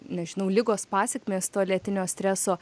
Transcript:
nežinau ligos pasekmės to lėtinio streso